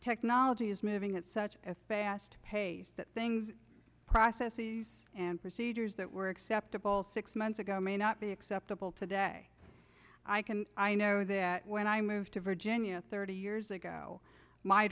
technology is moving at such a fast pace that things processes and procedures that were acceptable six months ago may not be acceptable today i can i know that when i moved to virginia thirty years ago my